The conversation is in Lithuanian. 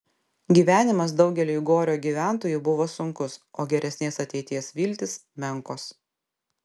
gyvenimas daugeliui gorio gyventojų buvo sunkus o geresnės ateities viltys menkos